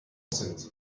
sind